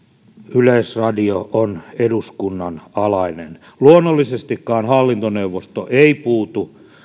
yleisradio on eduskunnan alainen luonnollisestikaan hallintoneuvosto ei puutu